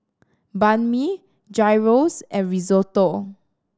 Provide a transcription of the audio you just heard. Banh Mi Gyros and Risotto